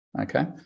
Okay